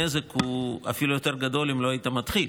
הנזק הוא אפילו יותר גדול מאשר אם לא היית מתחיל.